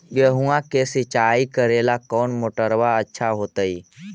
गेहुआ के सिंचाई करेला कौन मोटरबा अच्छा होतई?